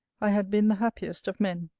i had been the happiest of men.